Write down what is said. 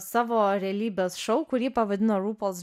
savo realybės šou kurį pavadino rū pols